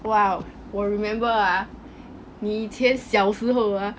!wow! 我 remember ah 你以前小时候啊